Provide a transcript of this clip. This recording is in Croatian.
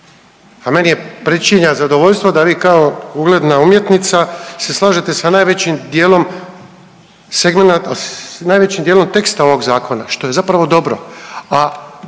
a meni pričinja zadovoljstvo da vi kao ugledna umjetnica se slažete sa najvećim dijelom teksta ovog zakona što je zapravo dobro,